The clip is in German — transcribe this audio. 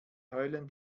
heulen